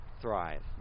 thrive